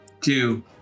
Two